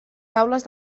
taules